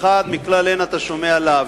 האחד, מכלל הן אתה שומע לאו.